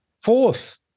Fourth